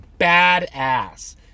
badass